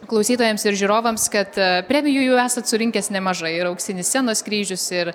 klausytojams ir žiūrovams kad a premijų jau esat surinkęs nemažai ir auksinis scenos kryžius ir